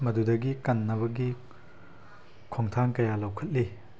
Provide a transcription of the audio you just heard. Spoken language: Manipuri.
ꯃꯗꯨꯗꯒꯤ ꯀꯟꯅꯕꯒꯤ ꯈꯣꯡꯊꯥꯡ ꯀꯌꯥ ꯂꯧꯈꯠꯂꯤ